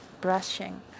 brushing